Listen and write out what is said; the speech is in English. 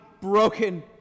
broken